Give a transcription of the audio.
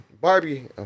Barbie